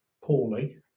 poorly